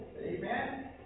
amen